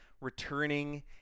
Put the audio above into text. returning